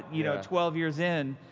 you know twelve years in,